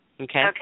okay